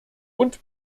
und